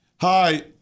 Hi